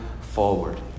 forward